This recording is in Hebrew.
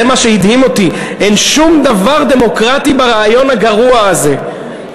זה מה שהדהים אותי: אין שום דבר דמוקרטי ברעיון הגרוע הזה,